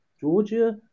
Georgia